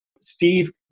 Steve